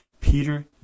Peter